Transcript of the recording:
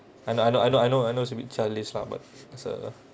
I know I know I know I know it's a bit childish lah but it's a